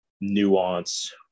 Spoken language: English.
nuance